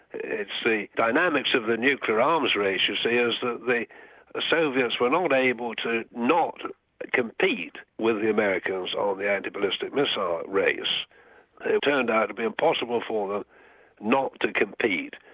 it's the dynamics of the nuclear arms race you see, is that the soviets were not able to not compete with the americans, on the antiballistic missile race. it turned out to be impossible for them not to compete,